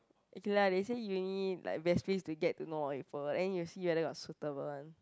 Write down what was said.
okay let they say uni like best place to get to know your food and you see whether got suitable one